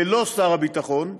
ללא שר הביטחון,